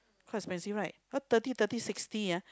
quite expensive right cause thirty thirty sixty ah